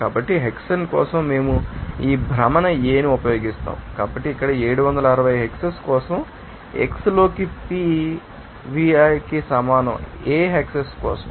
కాబట్టి హెక్సేన్ కోసం మేము ఈ భ్రమణ A ని ఉపయోగిస్తాము కాబట్టి ఇక్కడ 760 హెక్సేన్ కోసం xi లోకి PHv కి సమానం A హెక్సేన్ కోసం